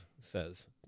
says